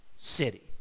city